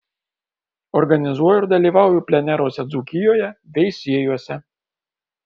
organizuoju ir dalyvauju pleneruose dzūkijoje veisiejuose